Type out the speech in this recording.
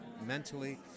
mentally